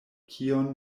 kion